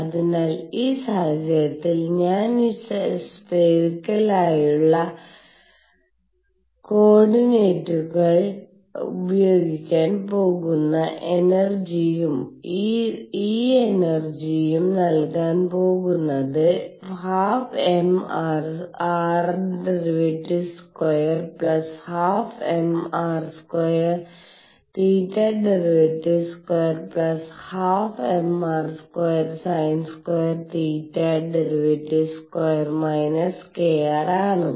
അതിനാൽ ഈ സാഹചര്യത്തിൽ ഞാൻ ഈ സ്ഫെറിക്കാളിലുള്ള കോർഡിനേറ്റുകൾ ഉപയോഗിക്കാൻ പോകുന്ന എനർജിവും E എനർജിം നൽകാൻ പോകുന്നത് ½m r˙2 ½ mr2 θ˙2 ½ mr²sin²θ ϕ˙ 2− kr ആണ്